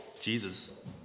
Jesus